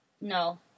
No